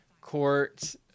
court